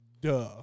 duh